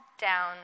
down